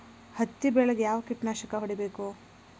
ಹತ್ತಿ ಬೆಳೇಗ್ ಯಾವ್ ಕೇಟನಾಶಕ ಹೋಡಿಬೇಕು?